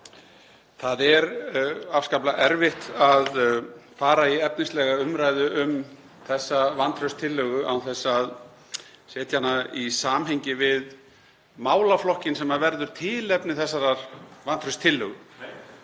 Það er afskaplega erfitt að fara í efnislega umræðu um þessa vantrauststillögu án þess að setja hana í samhengi við málaflokkinn sem verður tilefni þessarar vantrauststillögu.